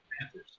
Panthers